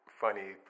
funny